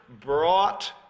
brought